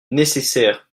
nécessaire